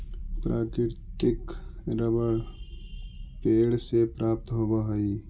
प्राकृतिक रबर पेड़ से प्राप्त होवऽ हइ